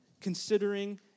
considering